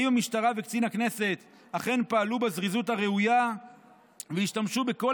האם המשטרה וקצין הכנסת אכן פעלו בזריזות הראויה והשתמשו בכל